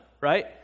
right